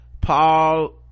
paul